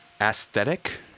aesthetic